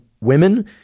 women